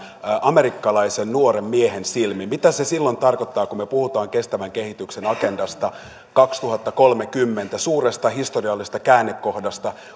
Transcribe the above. amerikkalaisen nuoren miehen silmin mitä se silloin tarkoittaa kun me puhumme kestävän kehityksen agendasta kaksituhattakolmekymmentä suuresta historiallisesta käännekohdasta